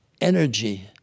energy